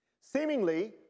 Seemingly